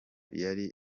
yari